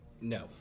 No